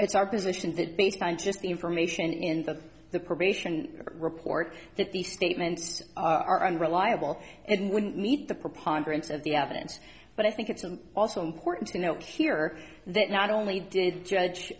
it's our position that based on just the information in that the probation report that these statements are unreliable and wouldn't meet the preponderance of the evidence but i think it's also important to note here that not only did judge